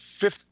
fifth